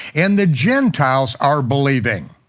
and the gentiles are believing.